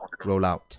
rollout